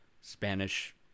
Spanish